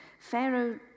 Pharaoh